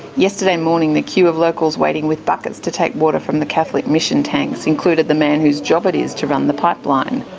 yesterday morning the queue of locals waiting with buckets to take water from the catholic commission tanks included the man whose job it is to run the pipeline.